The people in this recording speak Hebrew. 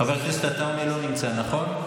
חבר הכנסת עטאונה, לא נמצא, נכון?